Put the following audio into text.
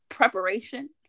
preparation